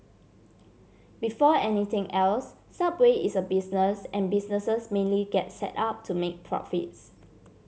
before anything else subway is a business and businesses mainly get set up to make profits